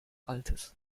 altes